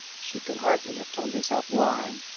she could hardly have told herself why,